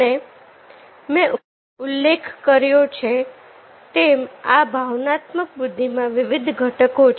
અને મેં ઉલ્લેખ કર્યું છે તેમ આ ભાવનાત્મક બુદ્ધિ માં વિવિધ ઘટકો છે